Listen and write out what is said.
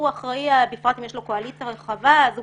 הוא - בפרט אם יש לו קואליציה רחבה יכול